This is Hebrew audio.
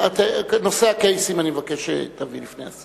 אני מבקש שאת נושא הקייסים תביא לפני השר.